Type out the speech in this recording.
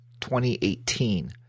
2018